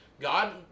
God